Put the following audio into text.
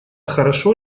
хорошо